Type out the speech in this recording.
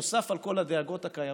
נוסף על כל הדאגות הקיימות,